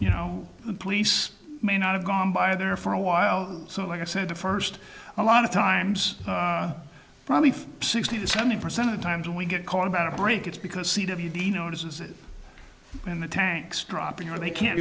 you know the police may not have gone by there for a while so like i said the first a lot of times probably sixty to seventy percent of the time when we get called about a break it's because the notices it and the tanks dropping or they can't